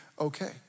okay